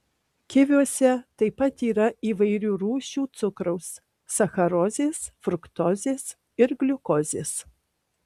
kiviuose taip pat yra įvairių rūšių cukraus sacharozės fruktozės ir gliukozės